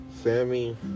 Sammy